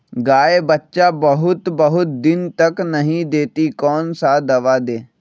गाय बच्चा बहुत बहुत दिन तक नहीं देती कौन सा दवा दे?